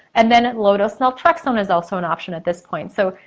and then low dose naltrexone is also an option at this point. so,